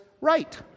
right